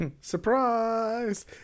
Surprise